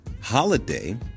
holiday